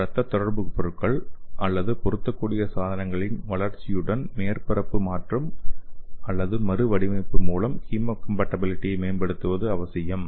இரத்த தொடர்பு பொருட்கள் அல்லது பொருத்தக்கூடிய சாதனங்களின் வளர்ச்சியுடன் மேற்பரப்பு மாற்றம் அல்லது மறுவடிவமைப்பு மூலம் ஹீமோகாம்பாட்டிபிலிட்டியை மேம்படுத்துவது அவசியம்